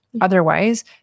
otherwise